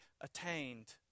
attained